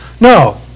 No